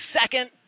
second